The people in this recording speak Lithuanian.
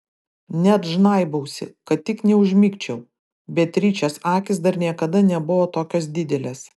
net žnaibausi kad tik neužmigčiau beatričės akys dar niekada nebuvo tokios didelės